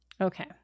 Okay